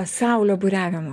pasaulio buriavimo